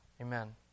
amen